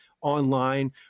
Online